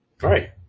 Right